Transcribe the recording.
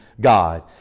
God